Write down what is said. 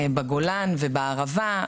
בגולן ובערבה.